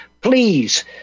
please